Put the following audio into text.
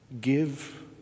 give